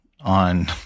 on